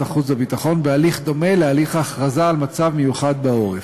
החוץ והביטחון בהליך דומה להליך ההכרזה על מצב מיוחד בעורף.